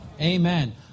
Amen